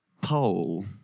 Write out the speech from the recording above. pole